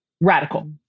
radical